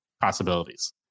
possibilities